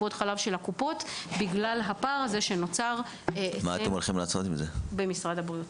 טיפות חלב של הקופות בגלל הפער שנוצר במשרד הבריאות.